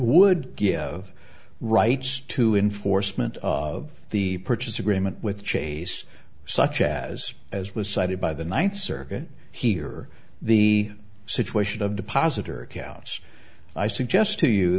would give of rights to enforcement of the purchase agreement with chase such as as was cited by the ninth circuit here the situation of deposit or couse i suggest to you